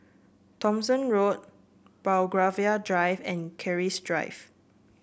Thomson Road Belgravia Drive and Keris Drive